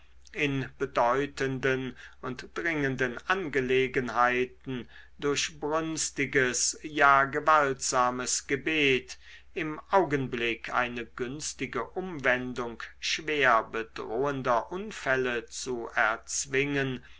in bedeutenden und dringenden angelegenheiten durch brünstiges ja gewaltsames gebet im augenblick eine günstige umwendung schwer bedrohender unfälle zu erzwingen